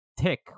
tick